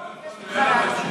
מה הוא עוד ביקש ממך להגיד?